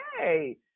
okay